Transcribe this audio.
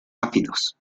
áfidos